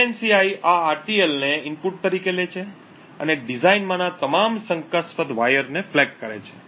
ફાન્સી આ RTL ને input તરીકે લે છે અને ડિઝાઇનમાંના તમામ શંકાસ્પદ વાયરને ફ્લેગ કરે છે